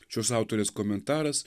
šios autorės komentaras